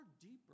deeper